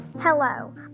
Hello